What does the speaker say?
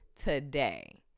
today